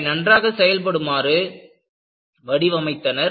அவை நன்றாக செயல்படுமாறு அவற்றை வடிவமைத்தனர்